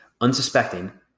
unsuspecting